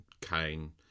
Kane